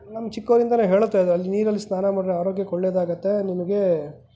ನಾನು ಚಿಕ್ಕವನಿಂದಲೇ ಹೇಳುತ್ತಾ ಇದ್ದೆ ಅಲ್ಲಿ ನೀರಲ್ಲಿ ಸ್ನಾನ ಮಾಡ್ದ್ರೇ ಆರೋಗ್ಯಕ್ಕೆ ಒಳ್ಳೆಯದಾಗತ್ತೆ ನಿಮಗೆ